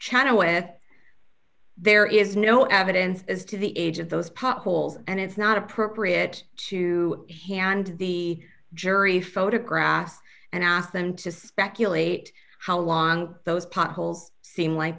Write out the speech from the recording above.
channel with there is no evidence as to the age of those potholes and it's not appropriate to hand the jury photographs and ask them to speculate how long those potholes seem like